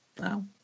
no